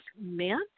meant